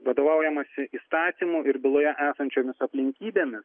vadovaujamasi įstatymu ir byloje esančiomis aplinkybėmis